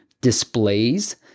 displays